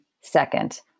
second